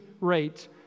rate